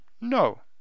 No